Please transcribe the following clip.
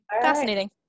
fascinating